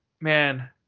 man